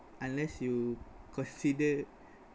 unless you consider